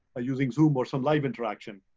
using zoom or some live interaction.